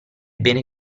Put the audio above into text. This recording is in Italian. bene